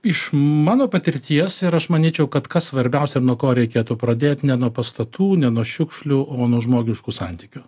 iš mano patirties ir aš manyčiau kad kas svarbiausia ir nuo ko reikėtų pradėt ne nuo pastatų ne nuo šiukšlių o nuo žmogiškų santykių